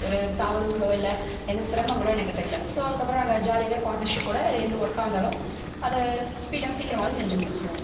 ஒரு தவுறுகளோ இல்லை எது சிரமங்களோ எனக்கு தெரியல ஸோ அதுக்கு அப்புறம் நாங்கள் ஜாலியாவே பார்ட்னர்ஷிப்போடய எந்த ஒர்க்கா இருந்தாலும் அதை ஸ்பீடாக சீக்கிரமாகவே செஞ்சு முடிச்சுடுவோம்